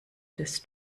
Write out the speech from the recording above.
des